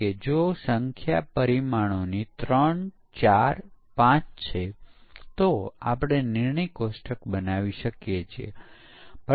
તેથી 100 ટકા ભૂલો દૂર થાય તેવી બાંયધરી શક્ય નથી અને વાસ્તવદર્શી પરિસ્થિતિમાં 85 ટકા ભૂલો દૂર કરવામાં આવે છે